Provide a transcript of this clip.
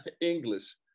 English